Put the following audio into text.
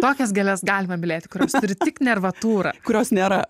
tokias gėles galima mylėti kurios turi tik nervatūrą kurios nėra